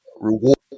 reward